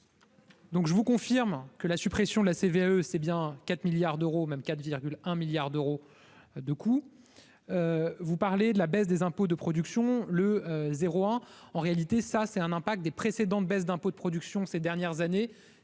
Donc, je vous confirme que la suppression de la CVAE c'est bien 4 milliards d'euros, même 4 virgule 1 milliards d'euros de coût, vous parlez de la baisse des impôts, de production, le zéro, un en réalité, ça c'est un impact des précédentes baisses d'impôts de production ces dernières années